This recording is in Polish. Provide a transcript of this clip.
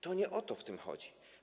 To nie o to w tym chodzi.